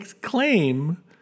claim